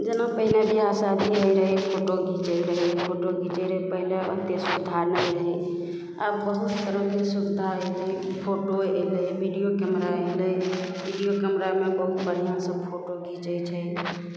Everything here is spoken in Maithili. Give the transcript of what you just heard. जेना पहिले बिआह शादीमे होइ रहै फोटो घिचै रहै फोटो घिचै रहै पहिले ओतेक सुविधा नहि रहै आब बहुत तरहके सुविधा भए गेलै ई फोटो अएलै वीडिओ कैमरा अएलै वीडिओ कैमरामे बहुत बढ़िआँसे फोटो घिचै छै